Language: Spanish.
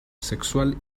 sexual